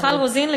מיכל רוזין,